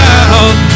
out